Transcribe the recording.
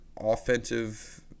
offensive